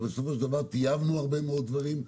אבל בסופו של דבר טייבנו הרבה מאוד דברים,